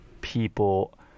people